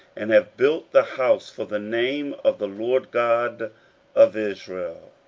and have built the house for the name of the lord god of israel.